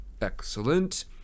Excellent